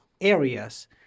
areas